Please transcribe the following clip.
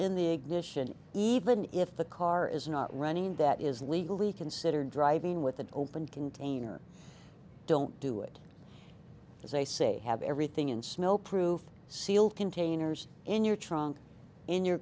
in the ignition even if the car is not running that is legally considered driving with an open container don't do it as they say have everything in smoke proof sealed containers in your trunk in your